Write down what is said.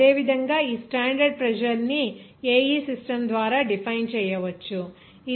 అదేవిధంగా ఈ standard pressure ని AE సిస్టమ్ ద్వారా డిఫైన్ చేయవచ్చు ఇది 14